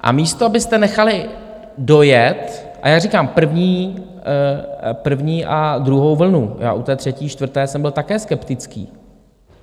A místo abyste nechali dojet a jak říkám, první a druhou vlnu, já u té třetí, čtvrté jsem byl také skeptický,